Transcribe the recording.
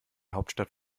hauptstadt